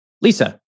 Lisa